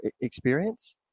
experience